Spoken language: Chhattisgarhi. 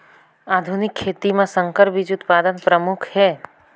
आधुनिक खेती म संकर बीज उत्पादन प्रमुख हे